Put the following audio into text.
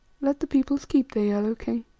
let the peoples keep their yellow king,